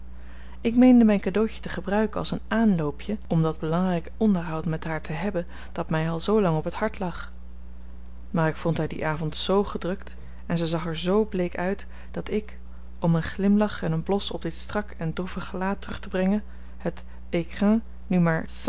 ik meende mijn cadeautje te gebruiken als een aanloopje om dat belangrijke onderhoud met haar te hebben dat mij al zoo lang op het hart lag maar ik vond haar dien avond z gedrukt en zij zag er z bleek uit dat ik om een glimlach en een blos op dit strak en droevig gelaat terug te brengen het écrin nu maar